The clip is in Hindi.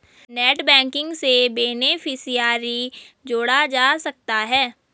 नेटबैंकिंग से बेनेफिसियरी जोड़ा जा सकता है